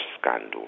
scandal